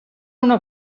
una